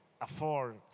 afford